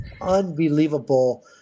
unbelievable